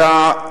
אתה,